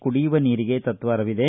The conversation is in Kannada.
ಕುಡಿಯುವ ನೀರಿಗೆ ತತ್ವಾರವಿದೆ